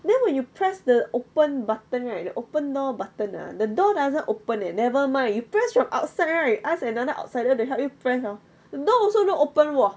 then when you press the open button right the open door button ah the door doesn't open eh never mind you press from outside right ask another outsider to help you press hor door also don't open hor